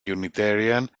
unitarian